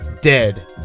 dead